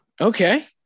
Okay